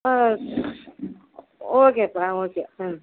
ஆ okay sir ஆ okay ம்